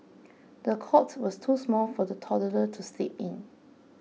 the cot was too small for the toddler to sleep in